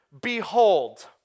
behold